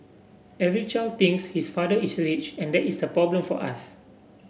every child thinks his father is rich and that is a problem for us